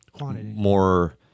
more